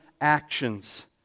actions